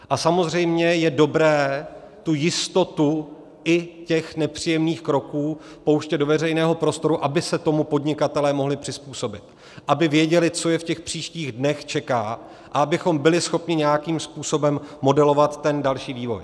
A samozřejmě je dobré tu jistotu i těch nepříjemných kroků pouštět do veřejného prostoru, aby se tomu podnikatelé mohli přizpůsobit, aby věděli, co je v těch příštích dnech čeká, a abychom byli schopni nějakým způsobem modelovat další vývoj.